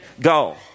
go